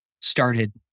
started